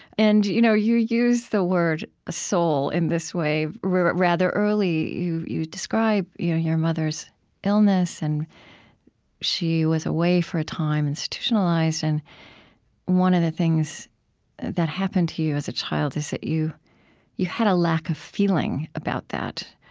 and you know you use the word soul in this way rather early, you you describe your mother's illness. and she was away for a time, institutionalized, and one of the things that happened to you as a child is that you you had a lack of feeling about that,